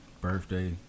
Birthday